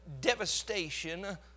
devastation